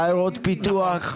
עיירות פיתוח.